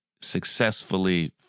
successfully